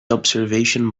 observation